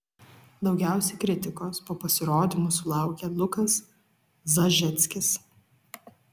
daugiausiai kritikos po pasirodymų sulaukė lukas zažeckis